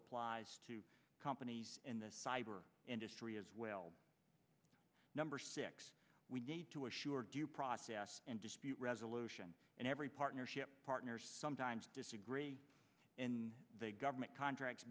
applies to companies in the cyber industry as well number six we need to assure due process and dispute resolution and every partnership partners sometimes disagree when they government contracts